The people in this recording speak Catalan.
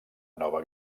nova